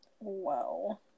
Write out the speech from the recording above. Wow